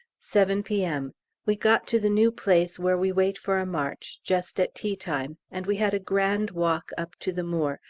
seven p m we got to the new place where we wait for a marche, just at tea-time, and we had a grand walk up to the moor,